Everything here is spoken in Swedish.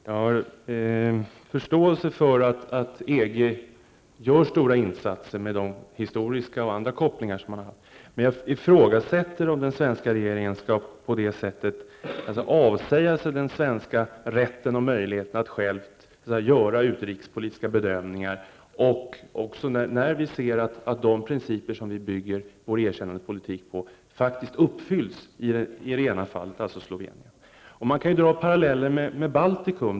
Fru talman! Jag har förståelse för att EG gör stora insatser, med hänsyn till historiska och andra kopplingar, men jag ifrågasätter om den svenska regeringen på detta sätt skall avsäga sig den svenska rätten och möjligheten att själv göra utrikespolitiska bedömningar, när vi ser att de principer som vi bygger vår erkännandepolitik på uppfylls i Sloveniens fall. Man kan dra paralleller med Baltikum.